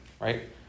Right